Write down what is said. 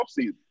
offseason